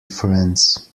friends